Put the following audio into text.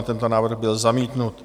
Tento návrh byl zamítnut.